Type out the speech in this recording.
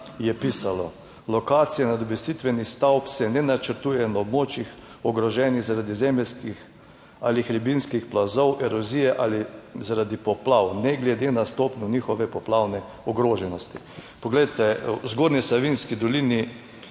je pisalo: "Lokacija nadomestitvenih stavb se ne načrtuje na območjih, ogroženih zaradi zemeljskih ali hribinskih plazov, erozije ali zaradi poplav, ne glede na stopnjo njihove poplavne ogroženosti". Poglejte, v Zgornji Savinjski dolini